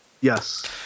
Yes